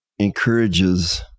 encourages